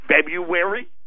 February